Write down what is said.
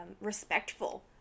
respectful